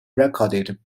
recorded